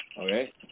Okay